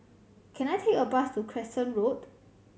can I take a bus to Crescent Road